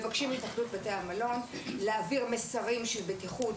אנחנו מבקשים מהם להעביר מסרים של בטיחות